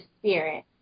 spirit